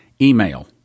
email